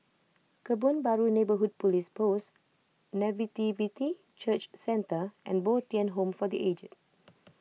Kebun Baru Neighbourhood Police Post Nativity Church Centre and Bo Tien Home for the Aged